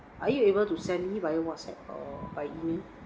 are you able to send me via WhatsApp or by E-mail